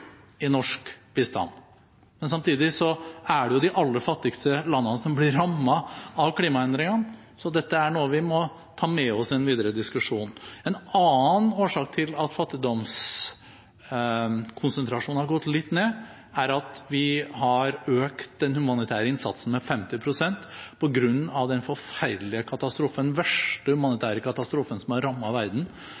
i norsk bistand. Samtidig er det de aller fattigste landene som blir rammet av klimaendringene, så dette er noe vi må ta med oss i den videre diskusjonen. En annen årsak til at fattigdomskonsentrasjonen har gått litt ned, er at vi har økt den humanitære innsatsen med 50 pst. på grunn av den forferdelige katastrofen – den verste